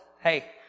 hey